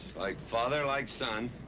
father, like son.